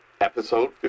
episode